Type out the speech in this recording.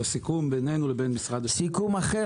בסיכום בינינו לבין משרד --- סיכום אחר,